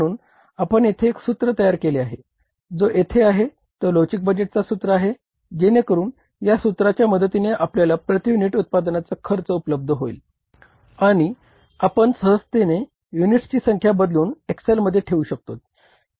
म्हणून आपण येथे एक सूत्र तयार केले आहे जो येथे आहे तो लवचिक बजेटचा सूत्र आहे जेणेकरून या सूत्राच्या मदतीने आपल्याला प्रति युनिट उत्पादनाचा खर्च उपलब्ध होईल आणि आपण सहजतेने युनिट्सची संख्या बदलून एक्सेलमध्ये ठेवू शकतोत